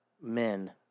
men